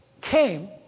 came